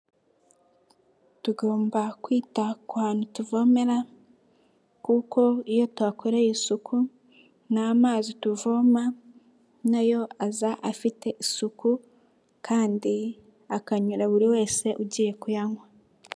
Tugomba kwita ku hantu tuvomera, kuko iyo tukoreye isuku, n'amazi tuvoma nayo aza afite isuku, kandi akanyura buri wese ugiye kuyanywa.